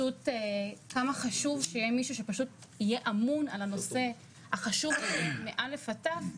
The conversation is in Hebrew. כמה חשוב שיהיה מישהו שיהיה אמון על הנושא החשוב הזה מהתחלה ועד הסוף,